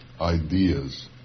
Ideas